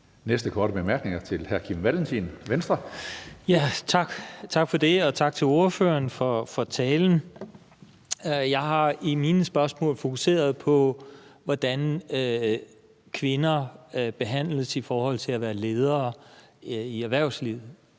næste korte bemærkning er fra hr. Kim Valentin, Venstre. Kl. 15:45 Kim Valentin (V): Tak for det, og tak til ordføreren for talen. Jeg har i mine spørgsmål fokuseret på, hvordan kvinder behandles i forhold til at være ledere i erhvervslivet.